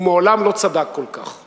ומעולם לא צדק כל כך.